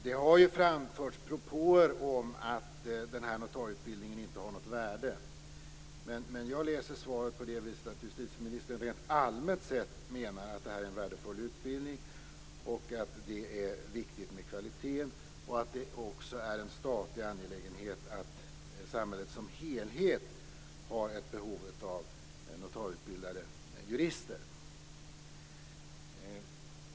Det har framförts propåer om att den här notarieutbildningen inte har något värde. Men jag läser svaret på det viset att justitieministern rent allmänt sett menar att det här är en värdefull utbildning, att det är viktigt med kvaliteten och att det också är en statlig angelägenhet att samhället som helhet har ett behov av notarieutbildade jurister.